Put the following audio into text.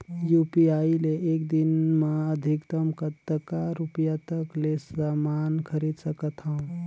UPI ले एक दिन म अधिकतम कतका रुपिया तक ले समान खरीद सकत हवं?